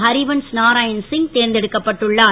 ஹரிவன்ஸ் நாராயண் சிங் தேர்ந்தெடுக்கப்பட்டுள்ளார்